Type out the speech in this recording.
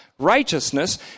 righteousness